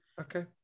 Okay